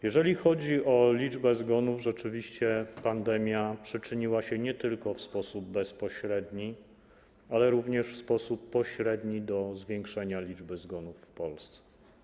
Jeżeli chodzi o liczbę zgonów, rzeczywiście pandemia przyczyniła się nie tylko w sposób bezpośredni, ale również w sposób pośredni do zwiększenia liczby zgonów w Polsce.